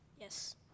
Yes